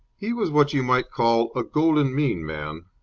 he was what you might call a golden-mean man,